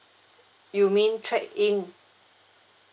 you mean trade in